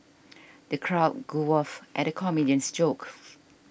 the crowd at the comedian's jokes